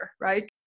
right